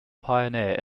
pioneer